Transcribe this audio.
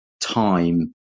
time